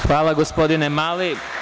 Hvala gospodine Mali.